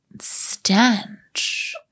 stench